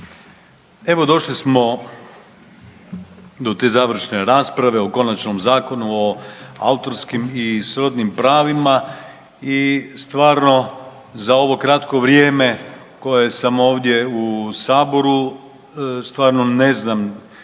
Evo došli smo do te završne rasprave o konačnom Zakonu o autorskim i srodnim pravima i stvarno za ovo kratko vrijeme koje sam ovdje u saboru stvarno ne znam kao